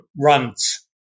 runs